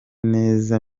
neza